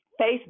Facebook